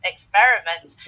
experiment